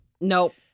Nope